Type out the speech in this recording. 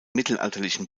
mittelalterlichen